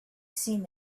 seen